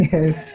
Yes